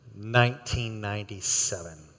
1997